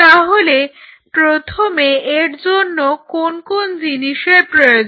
তাহলে প্রথমে এর জন্য কোন কোন জিনিসের প্রয়োজন